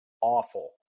awful